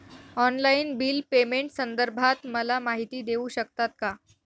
Online bill पेमेंटसंदर्भात मला माहिती देऊ शकतात का?